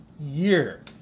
year